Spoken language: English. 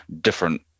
different